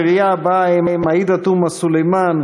הרביעייה הבאה הם: עאידה תומא סלימאן,